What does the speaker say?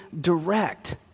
direct